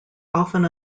often